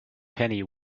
penny